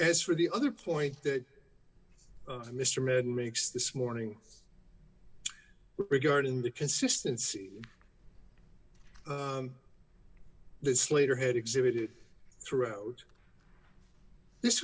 as for the other point that mr mann makes this morning regarding the consistency this later had exhibited throughout this